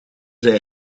zei